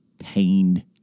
pained